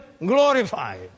glorified